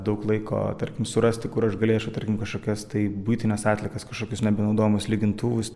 daug laiko tarkim surasti kur aš galėčiau tarkim kažkokias tai buitines atliekas kažkokius nebenaudojamus lygintuvus